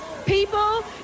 people